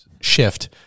shift